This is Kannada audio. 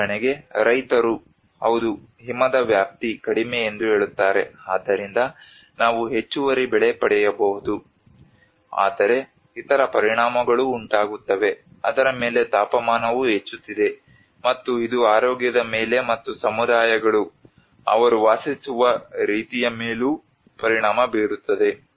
ಉದಾಹರಣೆಗೆ ರೈತರು ಹೌದು ಹಿಮದ ವ್ಯಾಪ್ತಿ ಕಡಿಮೆ ಎಂದು ಹೇಳುತ್ತಾರೆ ಆದ್ದರಿಂದ ನಾವು ಹೆಚ್ಚುವರಿ ಬೆಳೆ ಪಡೆಯಬಹುದು ಆದರೆ ಇತರ ಪರಿಣಾಮಗಳೂ ಉಂಟಾಗುತ್ತವೆ ಅದರ ಮೇಲೆ ತಾಪಮಾನವು ಹೆಚ್ಚುತ್ತಿದೆ ಮತ್ತು ಇದು ಆರೋಗ್ಯದ ಮೇಲೆ ಮತ್ತು ಸಮುದಾಯಗಳು ಅವರು ವಾಸಿಸುವ ರೀತಿಯ ಮೇಲೂ ಪರಿಣಾಮ ಬೀರುತ್ತದೆ